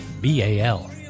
B-A-L